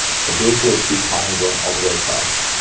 so here's the repeat pattern going all the way across.